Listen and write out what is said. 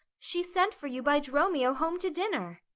she sent for you by dromio home to dinner.